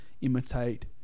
imitate